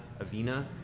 Avena